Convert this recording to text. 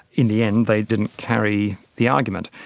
in the end they didn't carry the argument.